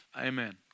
Amen